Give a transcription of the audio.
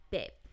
Babe